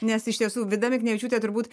nes iš tiesų vida miknevičiūtė turbūt